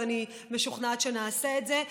אז אני משוכנעת שנעשה את זה.